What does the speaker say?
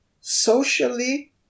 Socially